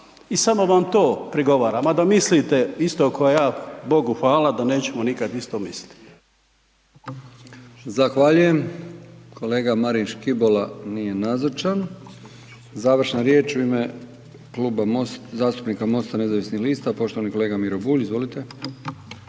i samo vam to prigovaram. A da mislite isto ko ja, Bogu hvala da nećemo nikad isto misliti.